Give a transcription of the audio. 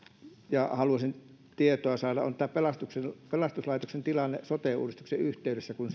ja haluaisin tietoa saada on tämä pelastuslaitosten tilanne sote uudistuksen yhteydessä kun